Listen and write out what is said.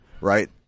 Right